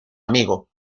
amigo